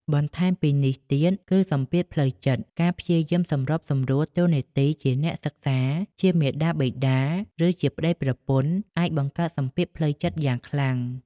បន្ថែមពីនេះទៀត គឺ សម្ពាធផ្លូវចិត្ត ការព្យាយាមសម្របសម្រួលតួនាទីជាអ្នកសិក្សា ជាមាតាបិតា ឬជាប្តីប្រពន្ធ អាចបង្កើតសម្ពាធផ្លូវចិត្តយ៉ាងខ្លាំង។